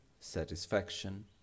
Satisfaction